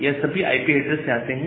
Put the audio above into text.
यह सभी IP header से आते हैं